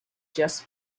just